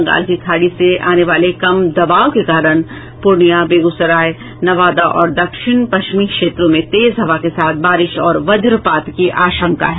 बंगाल की खाड़ी से आने वाले कम दबाव के कारण पूर्णिया बेगूसराय नवादा और दक्षिण पश्चिमी क्षेत्रों में तेज हवा के साथ बारिश और वजपात की आशंका है